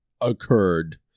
occurred